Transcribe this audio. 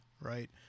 right